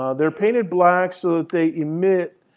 ah they're painted black so that they emit